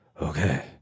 Okay